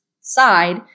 side